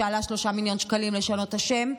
שעלה 3 מיליון שקלים לשנות את השם: